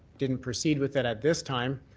didn't proceed with it at this time,